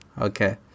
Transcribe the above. Okay